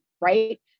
right